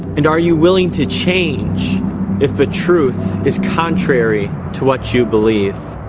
and are you willing to change if the truth is contrary to what you believe?